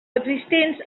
existents